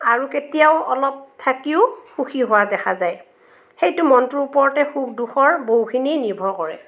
আৰু কেতিয়াও অলপ থাকিও সুখী হোৱা দেখা যায় সেইটো মনটোৰ ওপৰতে সুখ দুখৰ বহুখিনি নিৰ্ভৰ কৰে